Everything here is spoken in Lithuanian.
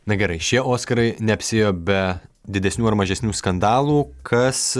na gerai šie oskarai neapsiėjo be didesnių ar mažesnių skandalų kas